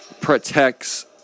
protects